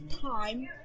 time